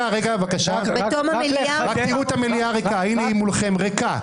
רק תראו את המליאה ריקה, הינה היא מולכם ריקה.